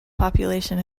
population